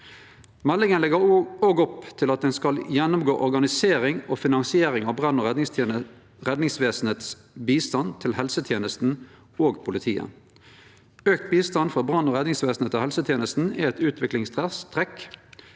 Meldinga legg òg opp til at ein skal gjennomgå organisering og finansiering av brann- og redningsvesenets bistand til helsetenesta og politiet. Auka bistand frå brann- og redningsvesenet til helsetenesta er eit utviklingstrekk.